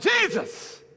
Jesus